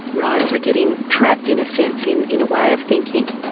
right, so getting trapped, in a sense in in a way of thinking.